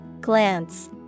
Glance